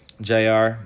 JR